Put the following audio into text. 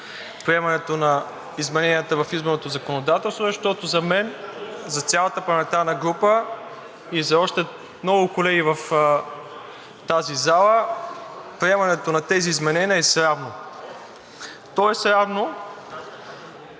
против измененията в изборното законодателство, защото за мен, за цялата парламентарна група и за още много колеги в тази зала приемането на тези изменения е срамно. То е срамно,